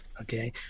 okay